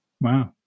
Wow